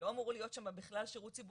אמור להיות שם שירות ציבורי,